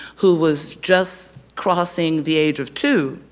who was just crossing the age of two,